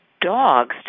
dogs